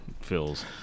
feels